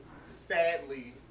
sadly